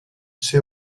ser